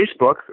Facebook